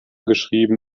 geschrieben